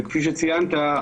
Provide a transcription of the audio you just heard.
וכפי שציינת,